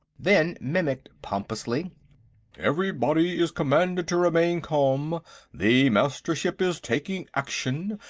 then mimicked pompously everybody is commanded to remain calm the mastership is taking action.